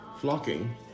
Flocking